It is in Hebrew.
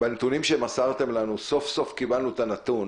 בנתונים שמסרתם לנו, סוף סוף קיבלנו את הנתון